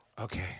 Okay